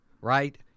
right